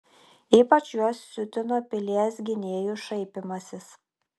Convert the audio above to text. ypač juos siutino pilies gynėjų šaipymasis